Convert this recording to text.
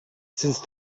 since